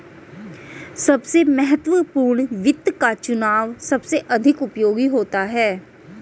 सबसे महत्वपूर्ण वित्त का चुनाव सबसे अधिक उपयोगी होता है